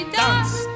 dance